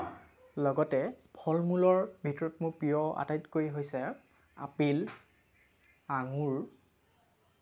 লগতে ফল মূলৰ ভিতৰত মোৰ প্ৰিয় আটাইতকৈ হৈছে আপেল আঙুৰ